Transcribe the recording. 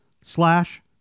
slash